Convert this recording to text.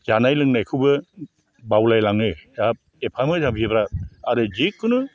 जानाय लोंनायखौबो बावलायलाङो हाब एफा मोजां बिबार आरो जेखुनु